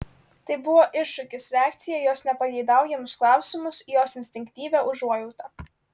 tai buvo iššūkis reakcija į jos nepageidaujamus klausimus į jos instinktyvią užuojautą